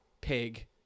pig